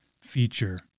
feature